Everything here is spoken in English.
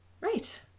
right